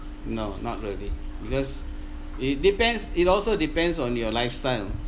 no not really because it depends it also depends on your lifestyle